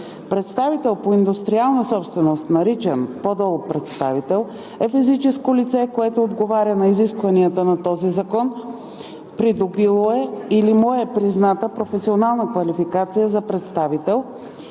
Представител по индустриална собственост, наричан по-долу „представител“, е физическо лице, което отговаря на изискванията на този закон, придобило е или му е призната професионална квалификация за представител